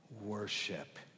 worship